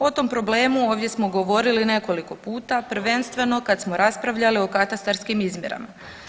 O tom problemu ovdje smo govorili nekoliko puta, prvenstveno kada smo raspravljali o katastarskim izmjerama.